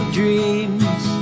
dreams